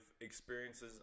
experiences